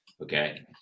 okay